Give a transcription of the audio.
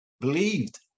believed